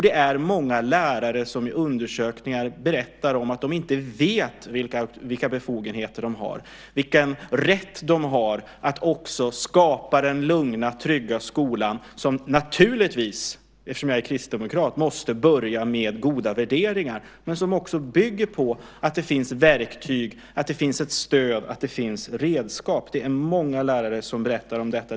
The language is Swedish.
Det är många lärare som i undersökningar berättar om att de inte vet vilka befogenheter de har, vilken rätt de har att skapa den lugna trygga skola som naturligtvis, eftersom jag är kristdemokrat, måste börja med goda värderingar men som också bygger på att det finns verktyg, att det finns ett stöd, att det finns redskap. Det är många lärare som berättar om detta.